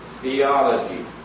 Theology